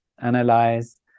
analyze